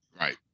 Right